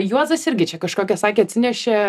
juozas irgi čia kažkokią sakė atsinešė